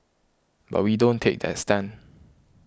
but we don't take that stand